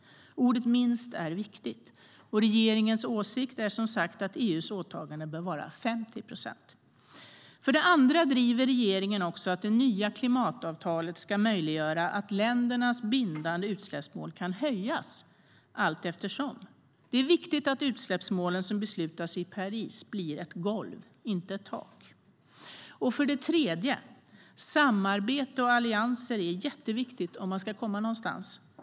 Ordet minst är viktigt. Regeringens åsikt är att EU:s åtagande bör vara 50 procent. För det andra driver regeringen att det nya klimatavtalet ska möjliggöra att ländernas bindande utsläppsmål kan höjas allteftersom. Det är viktigt att utsläppsmålen som beslutas i Paris blir ett golv och inte ett tak. För det tredje är samarbete och allianser jätteviktigt om man ska komma någonstans.